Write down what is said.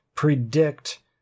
Predict